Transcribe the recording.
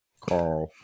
Carl